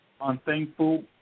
unthankful